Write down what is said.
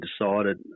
decided